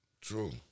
true